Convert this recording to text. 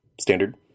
standard